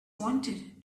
wanted